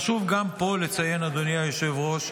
גם פה חשוב לציין, אדוני היושב-ראש,